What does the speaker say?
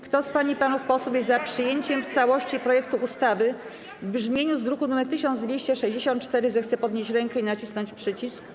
Kto z pań i panów posłów jest za przyjęciem w całości projektu ustawy w brzmieniu z druku nr 1264, zechce podnieść rękę i nacisnąć przycisk.